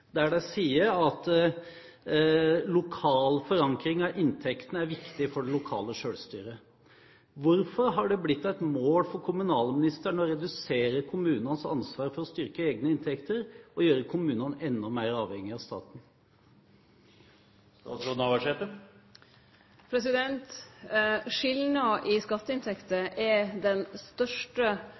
der de sier at lokal forankring av inntektene er viktig for det lokale selvstyret. Hvorfor har det blitt et mål for kommunalministeren å redusere kommunenes ansvar for å styrke egne inntekter og gjøre kommunene enda mer avhengig av staten? Skilnaden i skatteinntekter er den største